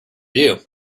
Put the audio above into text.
you